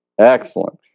Excellent